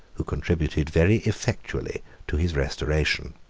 who contributed very effectually to his restoration.